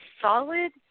solid